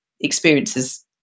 experiences